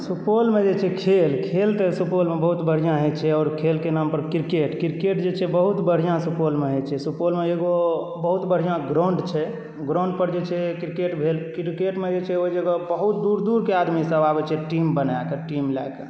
सुपौलमे जे छै खेल खेल तऽ सुपौलमे बहुत बढ़िआँ होइ छै आओर खेलके नामपर किरकेट किरकेट जे छै बहुत बढ़िआँ सुपौलमे होइ छै सुपौलमे एगो बहुत बढ़िआँ ग्राउण्ड छै ग्राउण्डपर जे छै किरकेट भेल किरकेटमे जे छै ओहि जगह बहुत दूर दूरके आदमीसब आबै छै टीम बनाकऽ टीम लऽ कऽ